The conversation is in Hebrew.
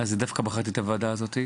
אז דווקא בחרתי את הוועדה הזאת,